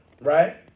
right